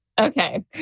Okay